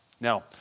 Now